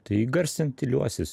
tai įgarsint tyliuosius